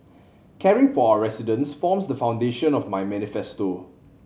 caring for our residents forms the foundation of my manifesto